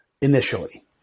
initially